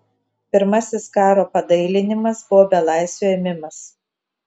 pirmasis karo padailinimas buvo belaisvių ėmimas